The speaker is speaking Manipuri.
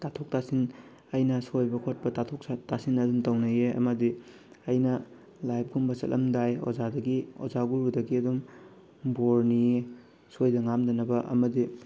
ꯇꯥꯊꯣꯛ ꯇꯥꯁꯤꯟ ꯑꯩꯅ ꯁꯣꯏꯕ ꯈꯣꯠꯄ ꯇꯥꯊꯣꯛ ꯇꯥꯁꯤꯟ ꯑꯗꯨꯝ ꯇꯧꯅꯩꯑꯦ ꯑꯃꯗꯤ ꯑꯩꯅ ꯂꯥꯏꯕꯀꯨꯝꯕ ꯆꯠꯂꯝꯗꯥꯏ ꯑꯣꯖꯥꯗꯒꯤ ꯑꯣꯖꯥꯒꯨꯔꯨꯗꯒꯤ ꯑꯗꯨꯝ ꯕꯣꯔ ꯅꯤꯑꯦ ꯁꯣꯏꯗ ꯉꯥꯝꯗꯅꯕ ꯑꯃꯗꯤ